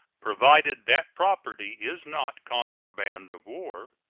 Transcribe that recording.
provided that property is not contraband of war.